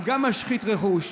גם משחית רכוש,